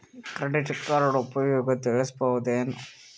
Credit card ಉಪಯೋಗ ತಿಳಸಬಹುದೇನು?